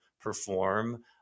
perform